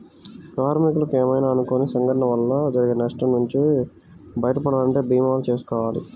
కార్మికులకు ఏమైనా అనుకోని సంఘటనల వల్ల జరిగే నష్టం నుంచి బయటపడాలంటే భీమాలు చేసుకోవాలి